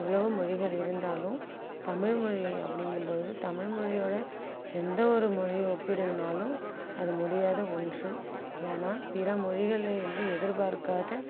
எவ்வளோவோ மொழிகள் இருந்தாலும் தமிழ்மொழி அப்படிங்கும்போது தமிழ்மொழியோடு எந்த ஒரு மொழியை ஒப்பிடணுனாலும் அது முடியாத ஒன்று ஏன்னால் பிற மொழிகள்லேருந்து எதிர்பார்க்காத